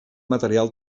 material